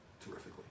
Terrifically